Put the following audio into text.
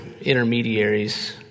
intermediaries